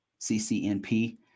CCNP